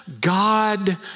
God